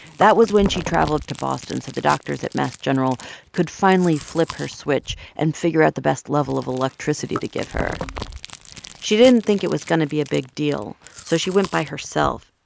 that was when she traveled to boston so the doctors at mass general could finally flip her switch and figure out the best level of electricity to give her she didn't think it was going to be a big deal. so she went by herself,